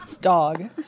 Dog